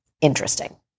interesting